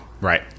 Right